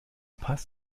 paz